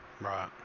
right